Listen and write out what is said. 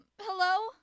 hello